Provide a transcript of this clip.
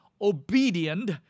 obedient